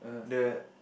the